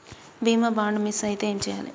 బీమా bond miss అయితే ఏం చేయాలి?